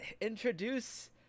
introduce